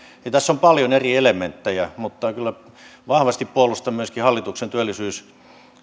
tässä on paljon eri elementtejä mutta kyllä vahvasti puolustan myöskin hallituksen työllisyys